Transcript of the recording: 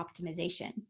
optimization